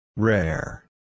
Rare